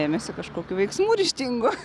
ėmėsi kažkokių veiksmų ryžtingų